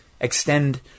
extend